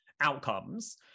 outcomes